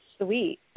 sweet